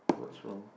what's wrong